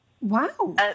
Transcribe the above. Wow